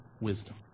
wisdom